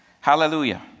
Hallelujah